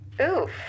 Oof